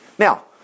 Now